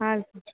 ಹಾಂ ಸರ್